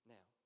Now